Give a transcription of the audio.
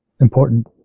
important